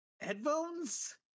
headphones